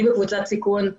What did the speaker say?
אני בקבוצת סיכון,